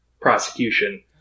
prosecution